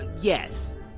yes